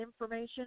information